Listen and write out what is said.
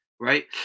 right